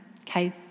okay